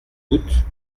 coûte